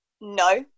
no